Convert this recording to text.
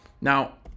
now